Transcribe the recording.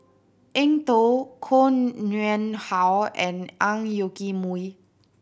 Eng Tow Koh Nguang How and Ang Yoke Mooi